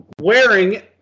wearing